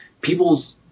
people's